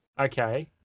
okay